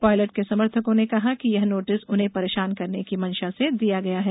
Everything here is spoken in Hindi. पायलट के समर्थकों ने कहा कि यह नोटिस उन्हें परेशान करने की मंशा से दिया गया है